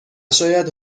شاید